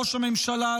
ראש הממשלה,